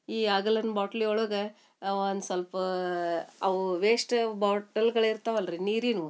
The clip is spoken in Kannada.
ಈ ಅಗಲನ್ ಬೋಟ್ಲಿ ಒಳಗ ಒಂದ್ ಸ್ವಲ್ಪ ಅವು ವೇಸ್ಟ್ ಬೋಟಲ್ಗಳು ಇರ್ತಾವ ಅಲ್ರಿ ನೀರಿನು